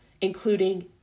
including